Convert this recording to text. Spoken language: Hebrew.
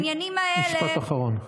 משפט אחרון.